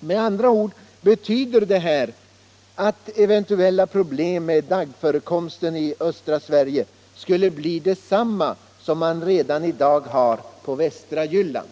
Med andra ord betyder det här att eventuella problem med daggförekomsten i östra Sverige skulle bli desamma som man i dag har på västra Jylland.